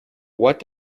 what